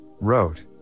wrote